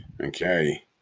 Okay